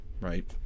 right